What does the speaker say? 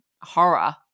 horror